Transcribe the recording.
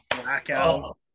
blackout